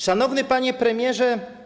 Szanowny Panie Premierze!